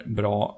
bra